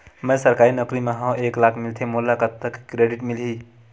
मैं सरकारी नौकरी मा हाव एक लाख मिलथे मोला कतका के क्रेडिट मिलही?